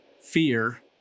fear